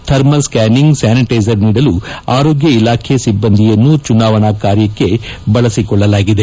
thermal scanning sanitiser ನೀಡಲು ಆರೋಗ್ಯ ಇಲಾಖೆ ಸಿಬ್ಬಂದಿಯನ್ನು ಚುನಾವಣಾ ಕಾರ್ಯಕ್ಕೆ ಬಳಸಿಕೊಳ್ಳಲಾಗಿದೆ